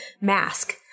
Mask